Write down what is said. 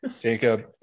Jacob